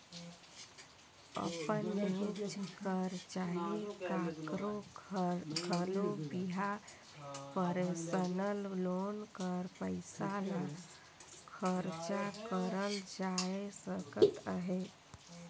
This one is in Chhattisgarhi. अपनेच कर चहे काकरो घलो बिहा में परसनल लोन कर पइसा ल खरचा करल जाए सकत अहे